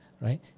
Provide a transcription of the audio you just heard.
right